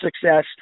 success